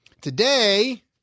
Today